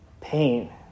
pain